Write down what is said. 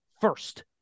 first